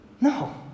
No